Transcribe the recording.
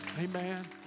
Amen